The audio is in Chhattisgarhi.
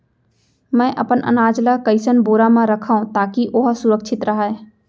मैं अपन अनाज ला कइसन बोरा म रखव ताकी ओहा सुरक्षित राहय?